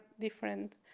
different